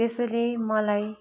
यसैले मलाई